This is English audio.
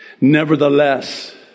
nevertheless